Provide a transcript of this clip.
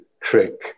trick